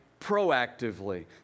proactively